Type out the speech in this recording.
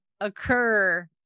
occur